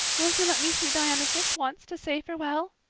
won't you let me see diana just once to say farewell?